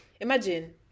Imagine